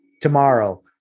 tomorrow